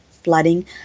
flooding